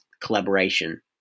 collaboration